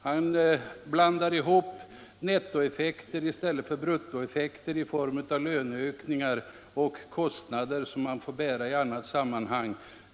Han blandar ihop nettoeffekter med bruttoeffekter till följd av löneökningar och kostnader som man får bära i annat sammanhang.